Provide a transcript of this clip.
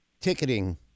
ticketing